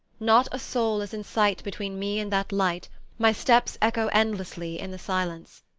not a soul is in sight between me and that light my steps echo endlessly in the silence.